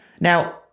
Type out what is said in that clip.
Now